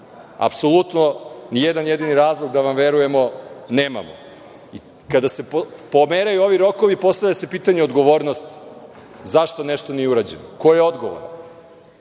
Apsolutno nijedan jedini razlog da vam verujemo nemamo. Kada se pomeraju ovi rokovi, postavlja se pitanje odgovornosti zašto nešto nije urađeno i ko je odgovoran.